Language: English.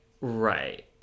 right